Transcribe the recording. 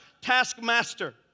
taskmaster